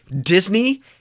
Disney